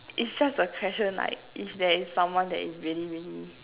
it's just a question if there is someone that is really really